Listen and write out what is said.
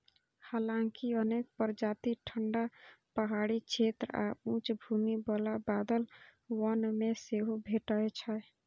हालांकि अनेक प्रजाति ठंढा पहाड़ी क्षेत्र आ उच्च भूमि बला बादल वन मे सेहो भेटै छै